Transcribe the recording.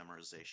memorization